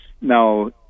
Now